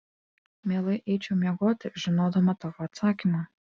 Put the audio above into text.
mielai eičiau miegoti žinodama tavo atsakymą